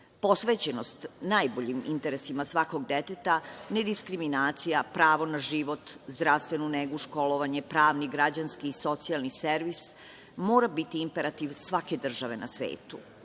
prednosti. Posvećenost najboljim interesima svakog deteta, nediskriminacija, pravo na život, zdravstvenu negu, školovanje, pravni, građanski i socijalni servis mora bitiImperativ svake države na svetu.U